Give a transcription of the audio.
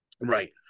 right